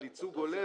על ייצוג הולם